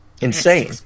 insane